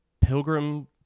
pilgrim